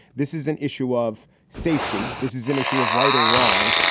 this is an issue of safety. this is an issue of right or wrong.